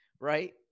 right